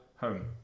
home